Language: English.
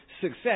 success